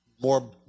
more